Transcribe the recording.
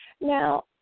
Now